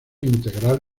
integrar